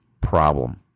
problem